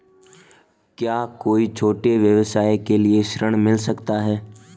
क्या कोई छोटे व्यवसाय के लिए ऋण मिल सकता है?